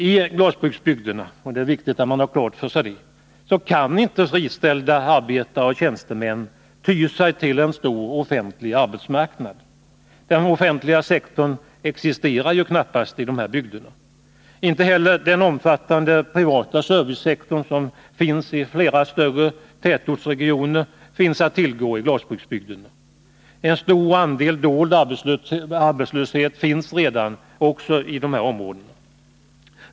I glasbruksbygderna kan inte — det är viktigt att ha klart för sig det — friställda arbetare och tjänstemän ty sig till en stor offentlig arbetsmarknad. Den offentliga sektorn existerar ju knappast i dessa bygder. Inte heller den omfattande privata servicesektor som finns i flera större tätortsregioner finns att tillgå i glasbruksbygderna. En stor andel dold arbetslöshet finns också redan i dessa områden.